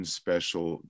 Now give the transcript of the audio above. special